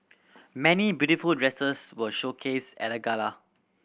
many beautiful dresses were showcased at the gala